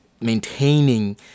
maintaining